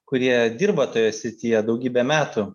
kurie dirba toje srityje daugybę metų